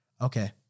Okay